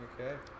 Okay